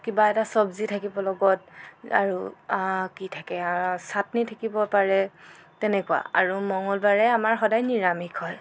কিবা এটা চবজি থাকিব লগত আৰু কি থাকে ছাটনি থাকিব পাৰে তেনেকুৱা আৰু মঙলবাৰে আমাৰ সদাই নিৰামিষ হয়